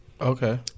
Okay